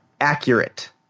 accurate